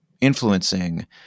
influencing